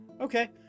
Okay